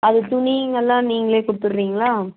அது துணிங்கல்லாம் நீங்களே கொடுத்துர்ரிங்ளா